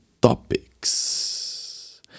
topics